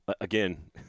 Again